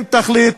אם תחליט,